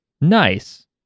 Nice